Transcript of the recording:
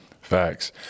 Facts